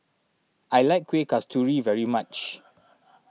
I like Kuih Kasturi very much